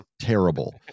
terrible